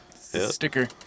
Sticker